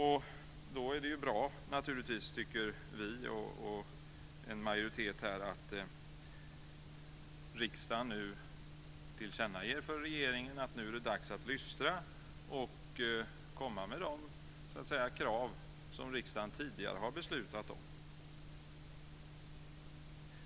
Då tycker vi och en majoritet här att det naturligtvis är bra att riksdagen tillkännager för regeringen att det är dags att lystra och komma med de förslag som riksdagen tidigare har beslutat om.